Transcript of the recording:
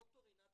ד"ר עינת